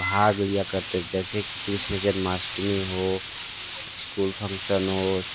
भाग लिया करते जैसे कि कृष्ण जन्माष्टमी हो इस्कूल फंक्सन हो